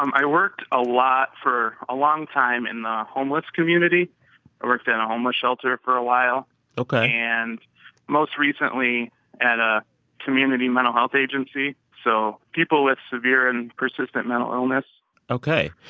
um i worked a lot for a long time in the homeless community. i worked in a homeless shelter for a while ok and most recently at a community mental health agency so people with severe and persistent mental illness ok.